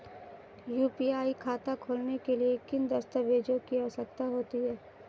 UPI खाता खोलने के लिए किन दस्तावेज़ों की आवश्यकता होती है?